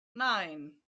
nein